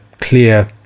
clear